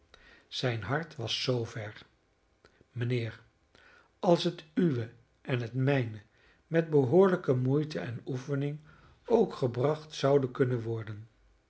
zijn hart was zoover mijnheer als het uwe en het mijne met behoorlijke moeite en oefening ook gebracht zouden kunnen worden